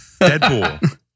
Deadpool